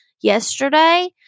yesterday